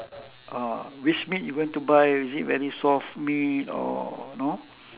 ah which meat you going to buy is it very soft meat or you know